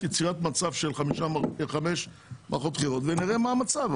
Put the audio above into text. יצירת מצב של 5 מערכות בחירות ונראה מה המצב.